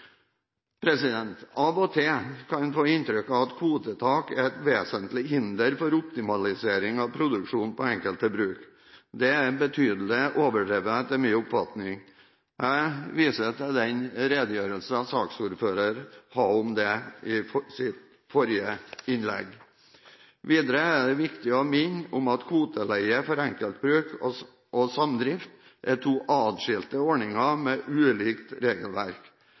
kan en få inntrykk av at kvotetak er et vesentlig hinder for optimalisering av produksjonen på enkelte bruk. Det er betydelig overdrevet, etter min oppfatning. Jeg viser til den redegjørelsen saksordføreren hadde i forrige innlegg. Videre er det viktig å minne om at kvoteleie for enkeltbruk og samdrift er to adskilte ordninger med ulikt regelverk.